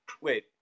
Wait